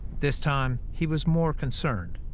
this time, he was more concerned.